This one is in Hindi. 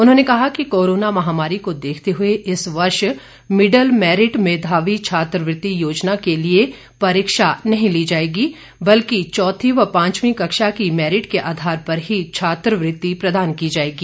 उन्होंने कहा कि कोरोना महामारी को देखते हुए इस वर्ष मिडल मैरिट मेधावी छात्रवृति योजना के लिए इस वर्ष परीक्षा नहीं ली जाएगी बल्कि चौथी व पांचवीं कक्षा की मैरिट के आधार पर ही छात्रवृति प्रदान की जाएगी